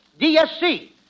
DSC